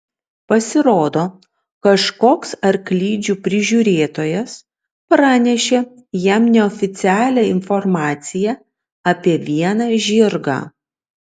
pasirodo kažkoks arklidžių prižiūrėtojas pranešė jam neoficialią informaciją apie vieną žirgą